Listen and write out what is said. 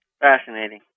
Fascinating